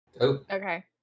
okay